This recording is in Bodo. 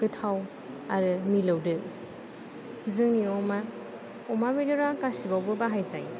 गोथाव आरो मिलौदो जोंनि अमा अमा बेदरा गासैयावबो बाहाय जायो